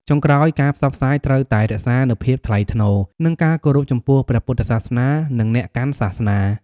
ចុងក្រោយ ការផ្សព្វផ្សាយត្រូវតែរក្សានូវភាពថ្លៃថ្នូរ និងការគោរពចំពោះព្រះពុទ្ធសាសនា និងអ្នកកាន់សាសនា។